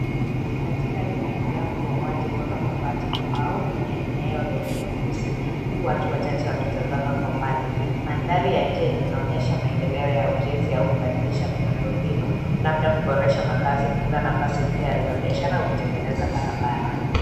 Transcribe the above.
Tingatinga linaendelea kubomoa jengo la mabati na mbao kwenye lenye vifusi, huku watu wachache wakitazama kwa mbali. Mandhari ya nje linaonyesha maendeleo ya ujenzi au kubadilisha miundo mbinu, labda kuboresha makaazi, kuunda nafasi mpya za biashara au kutengeneza barabara.